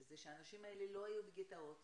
זה שהאנשים האלה לא היו בגטאות,